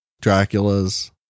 Dracula's